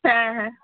তা হ্যাঁ